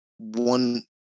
one